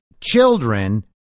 children